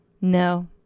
No